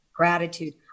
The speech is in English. gratitude